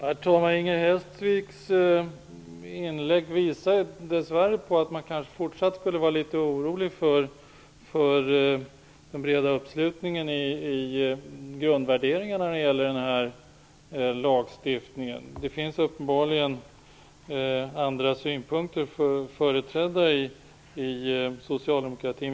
Herr talman! Inger Hestviks inlägg visar dess värre på att vi även i fortsättningen kan vara litet oroliga för den breda uppslutningen bakom grundvärderingarna när det gäller denna lagstiftning. Det finns uppenbarligen andra synpunkter företrädda i socialdemokratin.